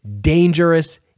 dangerous